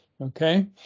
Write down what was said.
okay